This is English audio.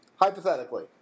hypothetically